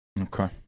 Okay